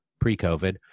pre-covid